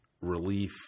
relief